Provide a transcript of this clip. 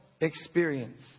experience